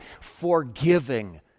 forgiving